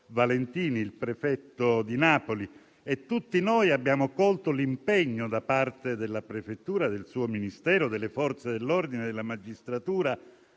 Valentini, il prefetto di Napoli. Tutti abbiamo colto l'impegno da parte della prefettura, del suo Ministero, delle Forze dell'ordine e della magistratura